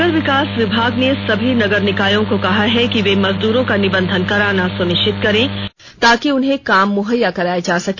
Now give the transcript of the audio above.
नगर विकास विभाग ने सभी नगर निकायों को कहा है कि वे मजदूरों का निबंधन कराना सुनिश्चित करें ताकि उन्हें काम मुहैया कराया जा सके